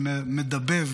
על מדבב,